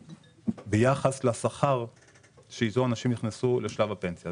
ביחס לשכר אתו אנשים נכנסו לשלב הפנסיה.